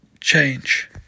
change